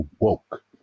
woke